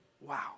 Wow